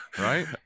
Right